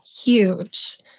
huge